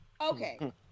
okay